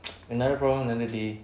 another problem another day